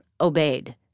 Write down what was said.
obeyed